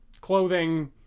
clothing